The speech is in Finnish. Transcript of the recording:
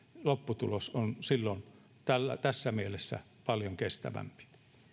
lopputulos on silloin tässä mielessä paljon kestävämpi